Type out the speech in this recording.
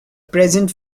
present